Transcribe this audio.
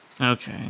Okay